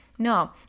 No